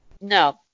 no